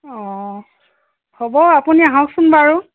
অঁ হ'ব আপুনি আহকচোন বাৰু